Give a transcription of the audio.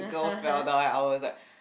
girl fell down and I was like